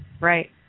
right